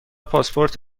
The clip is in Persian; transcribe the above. پاسپورت